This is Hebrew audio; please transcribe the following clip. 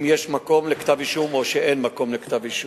להחליט אם יש מקום לכתב אישום או שאין מקום לכתב אישום.